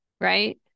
right